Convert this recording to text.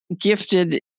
gifted